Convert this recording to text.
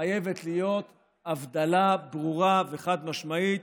חייבת להיות הבדלה ברורה וחד-משמעית